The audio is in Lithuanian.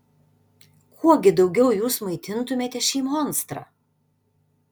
kuo gi daugiau jūs maitintumėte šį monstrą